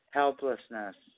helplessness